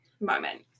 moment